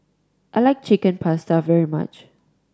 I like Chicken Pasta very much